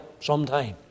sometime